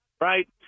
right